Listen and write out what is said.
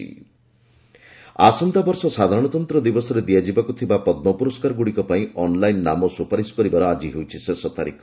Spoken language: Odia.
ପଦ୍ମ ଆୱାର୍ଡ୍ ନୋମିନେସନ ଆସନ୍ତାବର୍ଷ ସାଧାରଣତନ୍ତ୍ର ଦିବସରେ ଦିଆଯିବାକୁ ଥିବା ପଦ୍ମ ପୁରସ୍କାର ଗୁଡ଼ିକ ପାଇଁ ଅନ୍ଲାଇନ୍ ନାମ ସୁପାରିଶ କରିବାର ଆଜି ହେଉଛି ଶେଷ ତାରିଖ